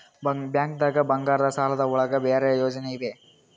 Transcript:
ಬ್ಯಾಂಕ್ದಾಗ ಬಂಗಾರದ್ ಸಾಲದ್ ಒಳಗ್ ಬೇರೆ ಯೋಜನೆ ಇವೆ?